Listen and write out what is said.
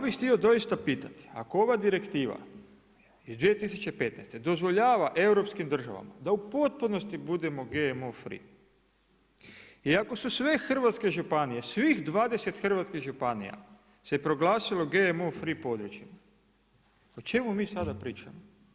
Ja bih htio doista pitati ako ova Direktiva iz 2015. dozvoljava europskim državama da u potpunosti budemo GMO free i ako su sve hrvatske županije, svih 20 hrvatskih županija se proglasilo GMO free područjem o čemu mi sada pričamo.